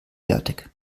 fertig